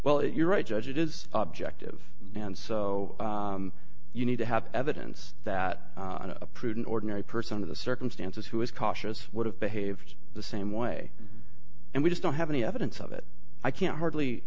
well you're right judge it is object of and so you need to have evidence that a prudent ordinary person under the circumstances who is cautious would have behaved the same way and we just don't have any evidence of it i can hardly